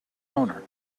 owner